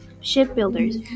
shipbuilders